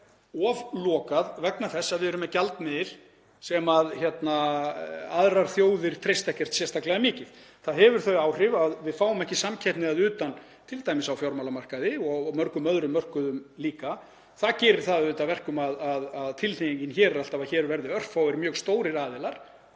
of lokað vegna þess að við erum með gjaldmiðil sem aðrar þjóðir treysta ekkert sérstaklega mikið. Það hefur þau áhrif að við fáum ekki samkeppni að utan, t.d. á fjármálamarkaði og á mörgum öðrum mörkuðum líka. Það gerir það að verkum að tilhneigingin er alltaf sú að hér verði örfáir mjög stórir aðilar